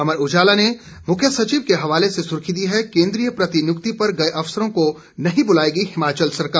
अमर उजाला ने मुख्य सचिव हवाले से सुर्खी दी है केंद्रीय प्रतिनियुक्ति पर गए अफसरों को नहीं बुलाएगी हिमाचल सरकार